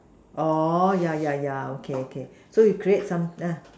oh ya ya ya okay okay so you create some ah